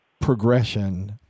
progression